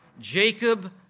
Jacob